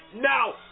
now